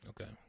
Okay